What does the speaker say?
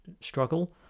struggle